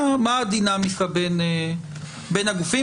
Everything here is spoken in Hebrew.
מה הדינמיקה בין הגופים,